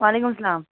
وعلیکُم السلام